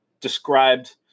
described